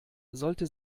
sollte